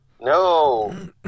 No